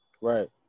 Right